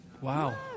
Wow